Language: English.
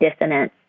dissonance